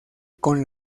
con